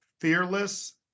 fearless